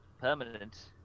permanent